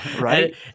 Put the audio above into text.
right